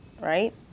right